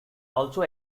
also